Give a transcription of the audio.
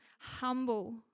humble